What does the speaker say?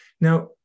Now